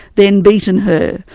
then beaten her,